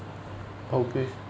ah okay